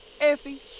Effie